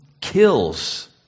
kills